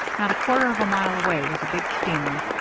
not a quarter of a mile away was a big steamer,